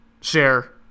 share